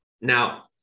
Now